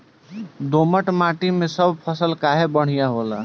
दोमट माटी मै सब फसल काहे बढ़िया होला?